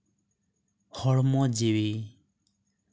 ᱦᱚᱲᱢᱚ ᱡᱤᱣᱤ